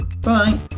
bye